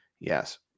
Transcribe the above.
Yes